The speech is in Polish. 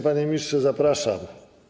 Panie Ministrze, zapraszam.